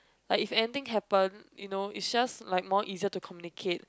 like if anything happen you know it's just like more easier to communicate